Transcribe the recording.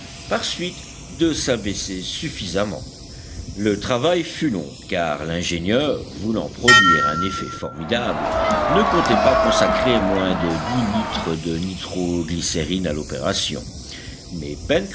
par suite de s'abaisser suffisamment le travail fut long car l'ingénieur voulant produire un effet formidable ne comptait pas consacrer moins de dix litres de nitro glycérine à l'opération mais